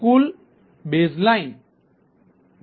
કુલ baseline BT છે